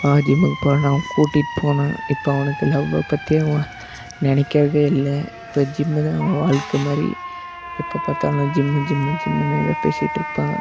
வா ஜிம்முக்கு போகலான்னு கூட்டிகிட்டு போனேன் இப்போ அவனுக்கு லவ்வை பற்றியே அவன் நினைக்கிறதே இல்லை இப்போ ஜிம்மு தான் அவன் வாழ்க்கை மாதிரி எப்போ பார்த்தாலும் ஜிம்மு ஜிம்மு ஜிம்முன்னே தான் பேசிட்டிருப்பான்